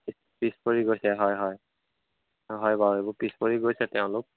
পিছ পৰি গৈছে হয় হয় অঁ হয় বাৰু এইবোৰ পিছ পৰি গৈছে তেওঁলোক